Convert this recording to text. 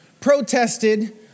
protested